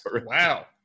wow